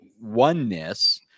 oneness